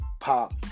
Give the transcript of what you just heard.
pop